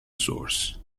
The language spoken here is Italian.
source